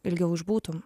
ilgiau išbūtum